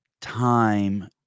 time